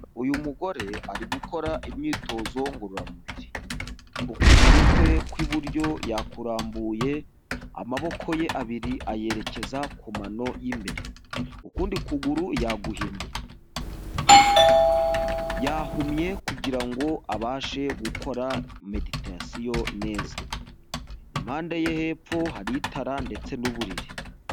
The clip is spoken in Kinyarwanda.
Uyu mugore ari gukora imyitozo ngororamubiri. Ukuguru kwe kw'iburyo yakurambuye, amaboko ye abiri ayerekeza ku mano y'imbere. Ukundi kuguru yaguhinnye. Yahumye kugira ngo abashe gukora meditasiyo neza. Impande ye hepfo hari itara ndetse n'uburiri.